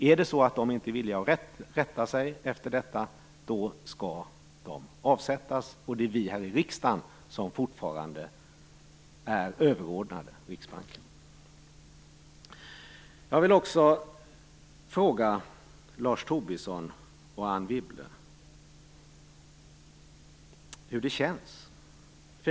Är det så att de inte är villiga att rätta sig efter detta, då skall de avsättas. Det är vi här i riksdagen som fortfarande är överordnade Riksbanken. Wibble hur det känns.